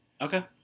Okay